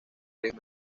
varios